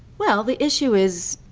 well, the issue is,